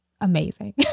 amazing